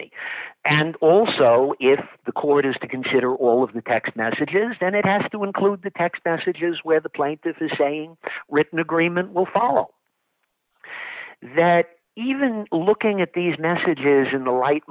me and also if the court has to consider all of the text messages then it has to include the text messages where the plaintiff is saying written agreement will follow that even looking at these messages in the right